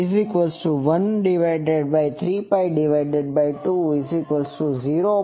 212 13